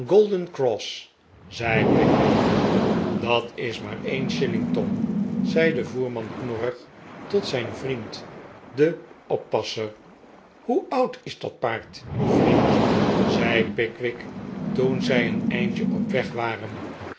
rijtuig golden cross zei pickwick dat is maar een shilling tom zei de voerman knorrig tot zijn vriend den oppasser hoe oud is dat paard vriend zei pickwick toen zij een eindje op weg waren